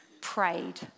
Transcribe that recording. prayed